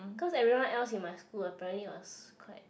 cause everyone else in my school apparently was quite